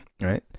right